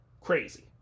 Crazy